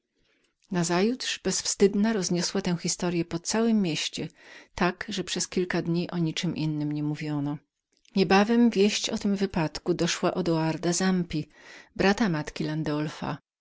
znudziły nazajutrz bezwstydna rozniosła tę historyę po całem mieście tak że przez kilka dni o niczem innem nie mówiono niebawem wieść o tym wypadku doszła odoarda zampi brata matki